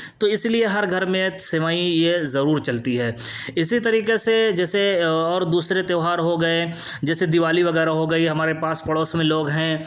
تو اس لیے ہر گھر میں سوئیں یہ ضرور چلتی ہے اسی طریقے سے جیسے اور دوسرے تہوار ہو گئے جیسے دیوالی وغیرہ ہو گئی ہمارے پاس پڑوس میں لوگ ہیں